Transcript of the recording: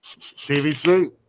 TVC